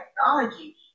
technology